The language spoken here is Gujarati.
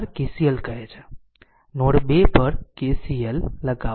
નોડ 2 પર KCL લગાવો